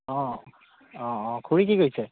অঁ অঁ অঁ খুড়ী কি কৰিছে